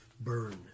burn